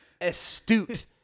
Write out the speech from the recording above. astute